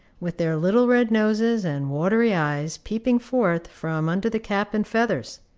with their little red noses and watery eyes peeping forth from under the cap and feathers.